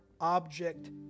object